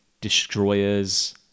destroyers